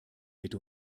mit